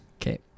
okay